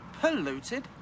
Polluted